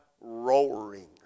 roaring